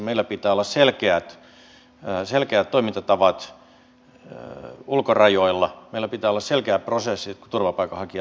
meillä pitää olla selkeät toimintatavat ulkorajoilla meillä pitää olla selkeä prosessi kun turvapaikanhakija tulee